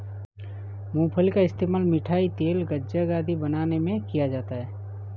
मूंगफली का इस्तेमाल मिठाई, तेल, गज्जक आदि बनाने में किया जाता है